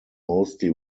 mostly